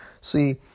See